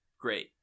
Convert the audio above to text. great